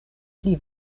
pli